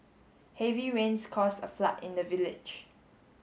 heavy rains caused a flood in the village